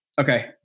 Okay